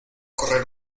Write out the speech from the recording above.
correr